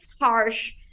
harsh